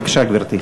בבקשה, גברתי.